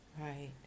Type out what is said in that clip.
right